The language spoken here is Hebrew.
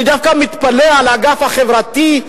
אני דווקא מתפלא על האגף החברתי,